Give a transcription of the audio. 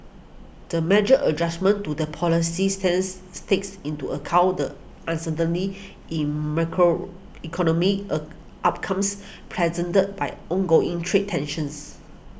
the measured adjustment to the policy systems takes into account the uncertainty in macroeconomic outcomes presented by ongoing trade tensions